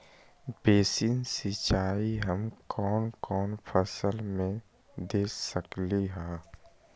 Basin सिंचाई हम कौन कौन फसल में दे सकली हां?